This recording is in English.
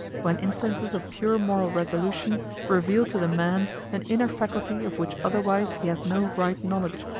when instances of pure moral resolutions reveal to the man an inner faculty of which otherwise he has no right knowledge,